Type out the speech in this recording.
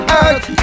earth